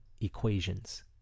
equations